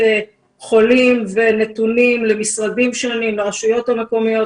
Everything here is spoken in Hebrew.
חולים ונתונים למשרדים שונים ולרשויות המקומיות,